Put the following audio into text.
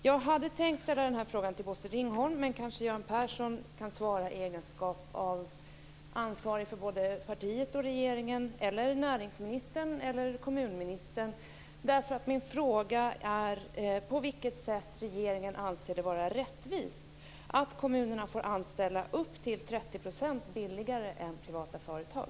Jag hade tänkt ställa frågan till Bosse Ringholm, men kanske Göran Persson kan svara, i egenskap av ansvarig för både partiet och regeringen, eller näringsministern eller kommunministern. Min fråga är på vilket sätt regeringen anser det vara rättvist att kommunerna får anställa upp till 30 % billigare än privata företag.